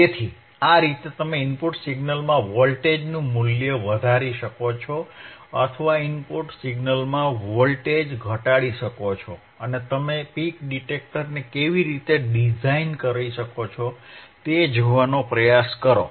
તેથી આ રીતે તમે ઇનપુટ સિગ્નલમાં વોલ્ટેજનું મુલ્ય વધારી શકો છો અથવા ઇનપુટ સિગ્નલમાં વોલ્ટેજ ઘટાડી શકો છો અને તમે પીક ડિટેક્ટરને કેવી રીતે ડિઝાઇન કરી શકો તે જોવાનો પ્રયાસ કરો